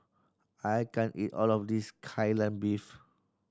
I can't eat all of this Kai Lan Beef